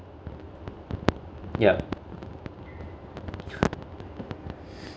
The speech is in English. ya